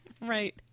right